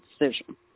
decision